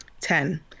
Ten